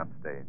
stay